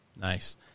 Nice